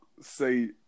say